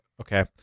Okay